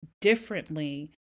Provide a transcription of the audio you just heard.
differently